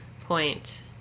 point